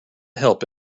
help